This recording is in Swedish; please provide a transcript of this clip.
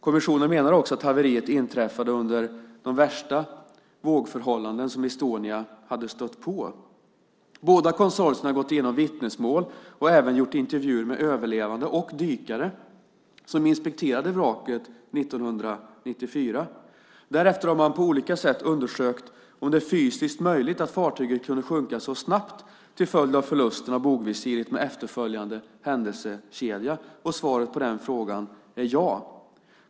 Kommissionen menar också att haveriet inträffade under de värsta vågförhållanden som Estonia hade stött på. Båda konsortierna har gått igenom vittnesmål och gjort intervjuer med överlevande och med dykare som inspekterade vraket 1994. Därefter har man på olika sätt undersökt om det är fysiskt möjligt att fartyget kunde sjunka så snabbt till följd av förlusten av bogvisiret med efterföljande händelsekedja. Svaret på den frågan är ja.